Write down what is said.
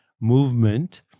movement